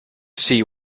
see